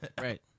right